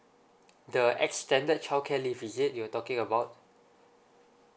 the extended childcare leave is it you were talking about